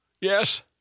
Yes